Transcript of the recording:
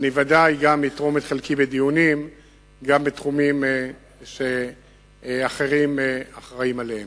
אני בוודאי גם אתרום את חלקי בדיונים בתחומים שאחרים אחראים עליהם.